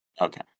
Okay